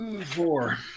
Four